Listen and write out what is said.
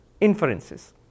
inferences